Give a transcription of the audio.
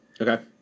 Okay